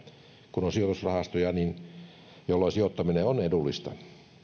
kun on sijoitusrahastoja niin silloin sijoittaminen on edullista